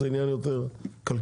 זה עניין יותר כלכלי.